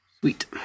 Sweet